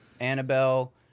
Annabelle